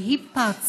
אבל היא פרצה